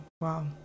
Wow